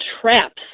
traps